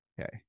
Okay